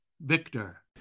Victor